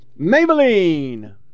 maybelline